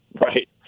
right